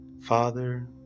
Father